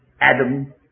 Adam